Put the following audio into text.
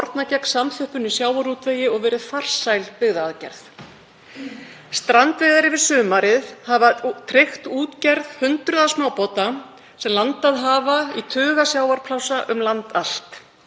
sporna gegn samþjöppun í sjávarútvegi og verið farsæl byggðaaðgerð. Strandveiðar yfir sumarið hafa tryggt útgerð hundraða smábáta sem landað hafa í tuga sjávarplássa um land allt.